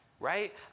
Right